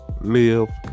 live